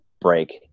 break